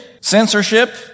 censorship